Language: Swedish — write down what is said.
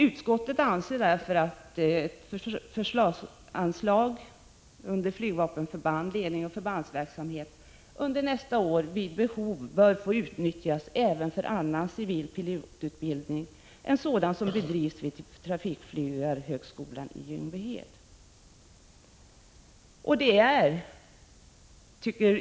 Utskottet anser att förslagsanslag DI Flygvapenförband: Ledning och förbandsverksamhet under nästa år vid behov bör få utnyttjas även för annan civil pilotutbildning än sådan som bedrivs vid Trafikflygarhögskolan i Ljungbyhed.